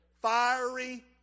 fiery